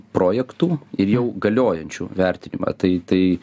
projektų ir jau galiojančių vertinimą tai tai